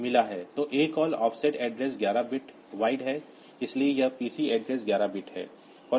तो अकाल offset address 11 bit wide है इसलिए यह पीसी एड्रेस 11 बिट है